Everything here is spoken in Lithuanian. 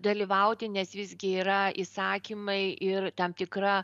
dalyvauti nes visgi yra įsakymai ir tam tikra